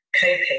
coping